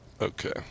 Okay